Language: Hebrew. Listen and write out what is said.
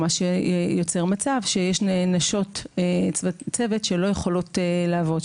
זה יוצר מצב שיש נשות צוות שלא יכולות לעבוד,